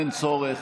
אין צורך,